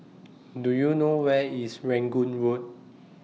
Do YOU know Where IS Rangoon Road